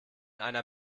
einer